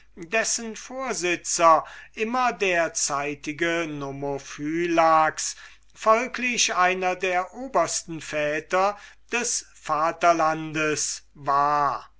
dessen vorsitzer immer der zeitige nomophylax folglich einer der obersten väter des vaterlandes war